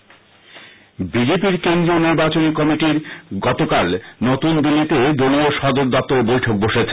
BJP বিজেপির কেন্দ্রীয় নির্বাচনী কমিটি গতকাল নতুন দিল্লিতে দলীয় সদর দপ্তরে বৈঠকে বসেছে